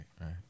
right